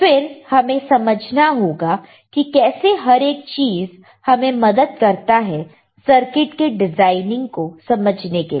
फिर हमें समझना होगा कि कैसे हर एक चीज हमें मदद करता है सर्किट के डिजाइनिंग को समझने के लिए